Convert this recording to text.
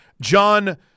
John